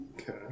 Okay